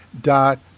dot